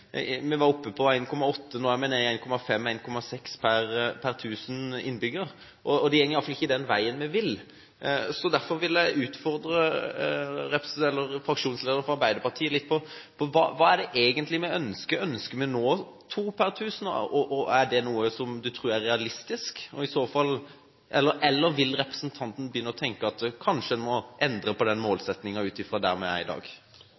Vi var oppe på 1,8, nå er vi nede på 1,5 og 1,6 per 1 000 innbyggere, og det går i hvert fall ikke den veien vi vil. Derfor vil jeg utfordre fraksjonslederen fra Arbeiderpartiet litt på hva det egentlig er vi ønsker. Ønsker vi å nå to per 1 000? Er det noe som representanten tror er realistisk? Eller vil representanten begynne å tenke at kanskje en må endre på den målsettingen, ut fra der vi er i dag?